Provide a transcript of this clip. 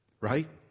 right